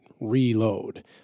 reload